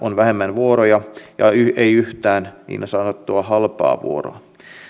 vuoroja ja ei yhtään niin sanottua halpaa vuoroa